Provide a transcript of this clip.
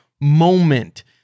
moment